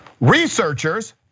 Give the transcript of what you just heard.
Researchers